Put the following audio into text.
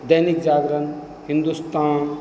Dainik Jagran Hindustan